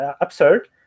absurd